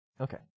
Okay